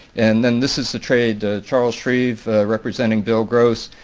and then this is the trade, charles shreve representing bill gross,